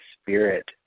Spirit